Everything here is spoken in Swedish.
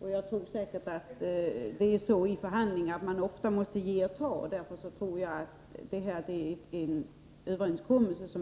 och jag tror säkert att det ofta är så i förhandlingar att man måste ge och ta. Därför måste vi försöka acceptera denna överenskommelse.